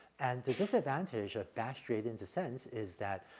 and the disadvantage of batch gradient descent is that,